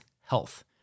health